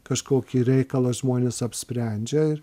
kažkokį reikalą žmonės apsprendžia ir